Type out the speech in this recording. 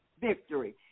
victory